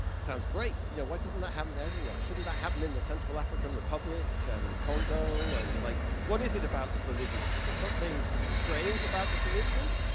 sounds great. yeah why doesn't that happen everywhere? shouldn't that happen in the central african republic and congo? and like what is it about the bolivians? is there something strange about the bolivians?